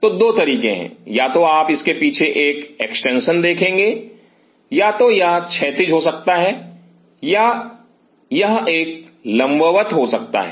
तो 2 तरीके हैं या तो आप इसके पीछे एक एक्सटेंशन देखेंगे या तो यह क्षैतिज हो सकता है या यह एक लंबवत हो सकता है